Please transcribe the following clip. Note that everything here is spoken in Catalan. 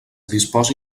disposi